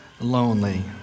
lonely